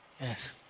yes